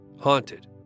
Haunted